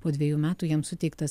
po dvejų metų jam suteiktas